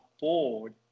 board